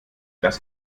das